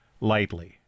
lightly